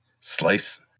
Slice